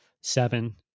seven